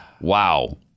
Wow